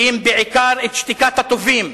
כי אם בעיקר את שתיקת הטובים.